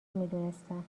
میدونستم